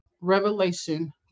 revelation